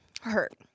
hurt